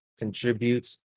contributes